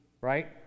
right